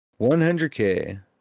100K